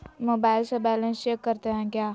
Mobile से balance check करते हैं क्या?